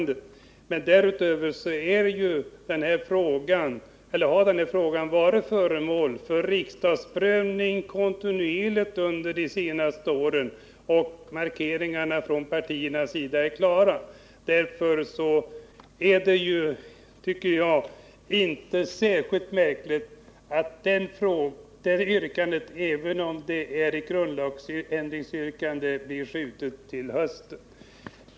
Därutöver har denna fråga varit föremål för riksdagens prövning kontinuerligt under de senaste åren, och markeringarna från partiernas sida är här klara. Det är därför som jag ser det inte särskilt märkligt att detta yrkande —-även om det är ett grundlagsändringsyrkande — blivit skjutet till hösten.